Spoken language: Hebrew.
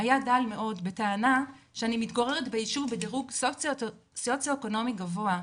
היה דל מאוד בטענה שאני מתגוררת בישוב בדירוג סוציואקונומי גבוה,